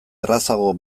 errazago